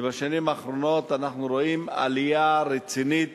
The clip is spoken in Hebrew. שבשנים האחרונות אנחנו רואים עלייה רצינית